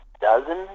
dozen